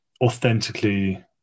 authentically